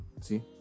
See